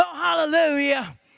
hallelujah